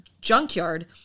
junkyard